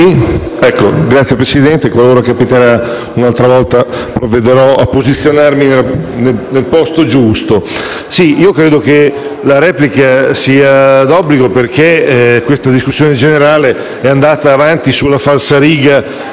sicuramente, qualora capiterà un'altra volta, provvederò a posizionarmi nel posto giusto. Credo che la replica sia d'obbligo, perché la discussione generale è andata avanti sulla falsariga